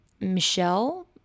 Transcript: Michelle